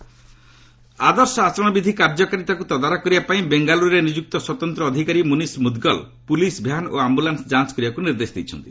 Bengaluru MCC ଆଦର୍ଶ ଆଚରଣ ବିଧି କାର୍ଯ୍ୟକାରିତାକୁ ତଦାରଖ କରିବା ପାଇଁ ବେଙ୍ଗାଲୁରୁରେ ନିଯୁକ୍ତ ସ୍ୱତନ୍ତ୍ର ଅଧିକାରୀ ମୁନିସ୍ ମୁଦ୍ଗଲ ପୁଲିସ୍ ଭ୍ୟାନ୍ ଓ ଆମ୍ଭୁଲାନ୍ ଯାଞ୍ଚ କରିବାକୁ ନିର୍ଦ୍ଦେଶ ଦେଇଛନ୍ତି